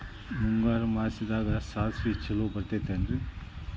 ಮುಂಗಾರು ಮಾಸದಾಗ ಸಾಸ್ವಿ ಛಲೋ ಬೆಳಿತೈತೇನ್ರಿ?